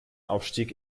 aufstieg